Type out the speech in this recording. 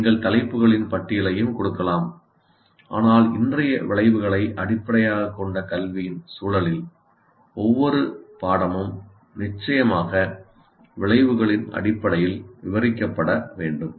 நீங்கள் தலைப்புகளின் பட்டியலையும் கொடுக்கலாம் ஆனால் இன்றைய விளைவுகளை அடிப்படையாகக் கொண்ட கல்வியின் சூழலில் ஒவ்வொரு பாடமும் நிச்சயமாக விளைவுகளின் அடிப்படையில் விவரிக்கப்பட வேண்டும்